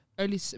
early